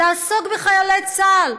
לעסוק בחיילי צה"ל.